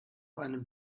einem